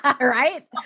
Right